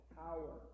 power